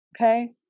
okay